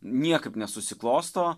niekaip nesusiklosto